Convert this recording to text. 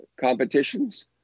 competitions